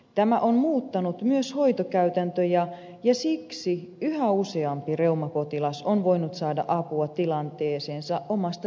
tämä on muuttanut myös hoitokäytäntöjä ja siksi yhä useampi reumapotilas on voinut saada apua tilanteeseensa omasta sairaanhoitopiiristään